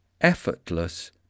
effortless